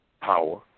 power